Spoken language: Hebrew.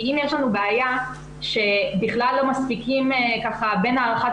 כי אם יש לנו בעיה שבכלל לא מספיקים בין הערכת